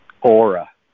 aura